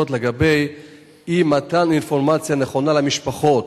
לגבי אי-מתן אינפורמציה נכונה למשפחות,